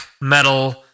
metal